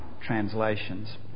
translations